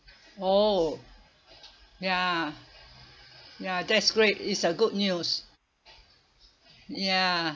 oh ya ya that's great is a good news ya